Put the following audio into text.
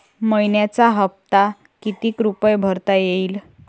मइन्याचा हप्ता कितीक रुपये भरता येईल?